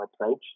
approach